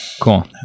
Cool